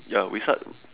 ya we start